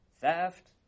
theft